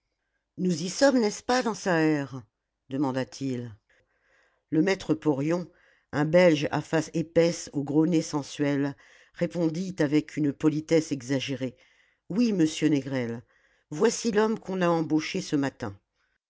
nous y sommes n'est-ce pas dansaert demanda-t-il le maître porion un belge à face épaisse au gros nez sensuel répondit avec une politesse exagérée oui monsieur négrel voici l'homme qu'on a embauché ce matin